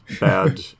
bad